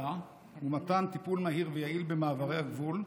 ומתן טיפול מהיר ויעיל במעברי הגבול,